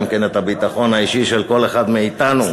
כן את הביטחון האישי של כל אחד מאתנו,